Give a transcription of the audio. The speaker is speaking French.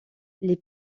les